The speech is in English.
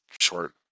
short